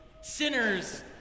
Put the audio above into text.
Sinners